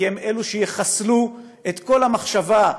כי הן שיחסלו את כל המחשבה,